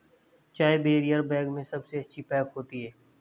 चाय barrier bag में सबसे अच्छी पैक होती है